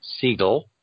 Siegel